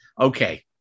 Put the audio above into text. Okay